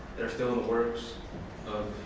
they are still in the works